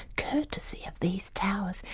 courtesy of these towers.